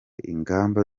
ingamba